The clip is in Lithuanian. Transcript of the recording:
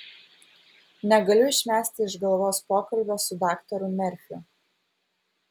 negaliu išmesti iš galvos pokalbio su daktaru merfiu